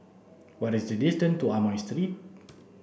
what is the distance to Amoy Street